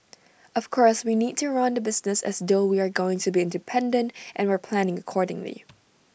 of course we need to run the business as though we're going to be independent and we're planning accordingly